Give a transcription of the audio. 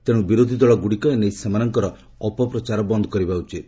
ତେଣୁ ବିରୋଧି ଦଳଗୁଡ଼ିକ ଏ ନେଇ ସେମାନଙ୍କର ଅପପ୍ରଚାର ବନ୍ଦ୍ କରିବା ଉଚିତ